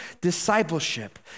discipleship